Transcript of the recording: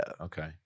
Okay